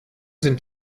sind